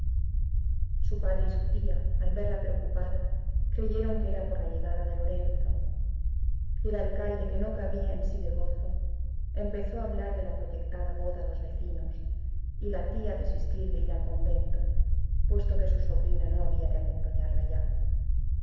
su padre y su tía al verla preocupada creyeron que era por la llegada de lorenzo y el alcalde que no cabía en sí de gozo empezó a hablar de la proyectada boda a los vecinos y la tía a desistir de ir al convento puesto que su sobrina no había de acompañarla ya